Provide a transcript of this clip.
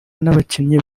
n’abakinnyi